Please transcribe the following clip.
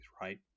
right